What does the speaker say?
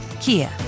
Kia